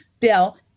Bill